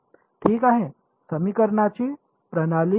ठीक आहे समीकरणांची प्रणाली मिळवा